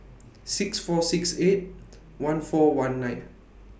six four six eight one four one nine